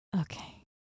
okay